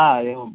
ह एवम्